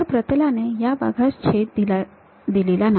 तर प्रतालाने या भागास छेद दिलेला नाही